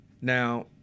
Now